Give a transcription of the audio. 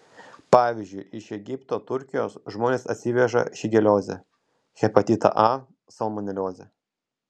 pavyzdžiui iš egipto turkijos žmonės atsiveža šigeliozę hepatitą a salmoneliozę